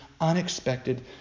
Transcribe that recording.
unexpected